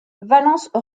valence